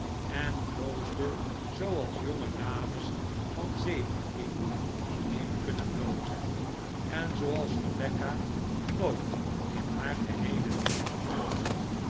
en bloosde zooals jonge dames van zeventien alleen kunnen blozen en zooals rebecca nooit in haar geheele leven